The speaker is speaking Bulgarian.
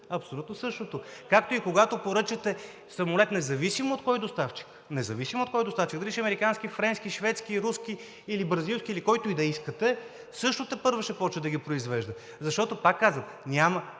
абсолютно същото. Както и когато поръчате самолет, независимо от кой доставчик – дали ще е американски, френски, шведски, руски или бразилски, или който и да искате, също тепърва ще почне да ги произвежда. Защото, пак казвам, няма